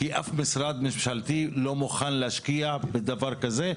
כי אף משרד ממשלתי לא מוכן להשקיע בדבר כזה,